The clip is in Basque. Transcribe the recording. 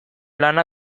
lana